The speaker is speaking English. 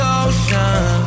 ocean